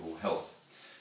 health